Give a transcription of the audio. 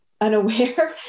unaware